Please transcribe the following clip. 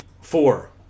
four